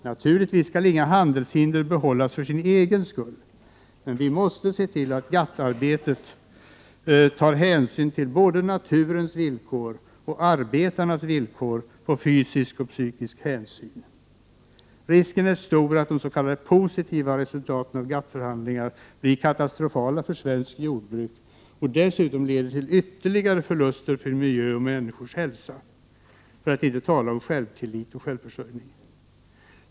Naturligtvis skall inga handelshinder behållas för sin egen skull, men vi måste se till att man i GATT-arbetet tar hänsyn till både naturens villkor och arbetarnas behov av fysisk och psykisk hänsyn. Det är stor risk för att de s.k. positiva resultaten av GATT-förhandlingarna blir katastrofala för svenskt jordbruk. Detta leder till ytterligare förluster för miljö och människors hälsa, för att inte tala om förlust av självtillit och självförsörjning.